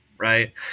Right